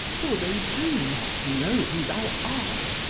for they do not know who thou art,